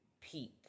peak